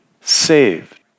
saved